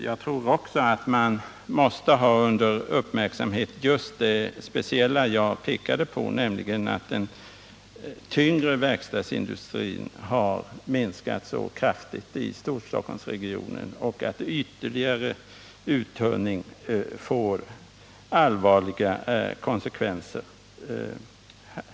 Jag tror också att man måste vara uppmärksam på det speciella förhållande som jag pekade på, nämligen att den tyngre verkstadsindustrin har minskat så kraftigt i Storstockholmsregionen och att en ytterligare uttunning i det avseendet får allvarliga konsekvenser.